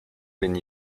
been